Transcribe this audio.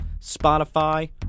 Spotify